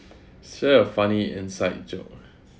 share a funny inside joke